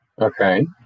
Okay